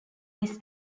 this